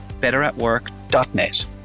betteratwork.net